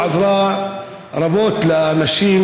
כל אחד שעבר חצבת אומר: אה, עברתי את זה,